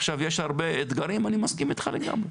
עכשיו, יש הרבה אתגרים, אני מסכים איתך לגמרי.